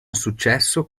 successo